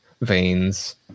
veins